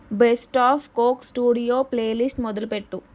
best of Coke studio playlist మొదలుపెట్టు